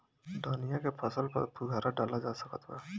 धनिया के फसल पर फुहारा डाला जा सकत बा?